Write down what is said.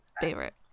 favorite